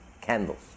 candles